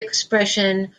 expression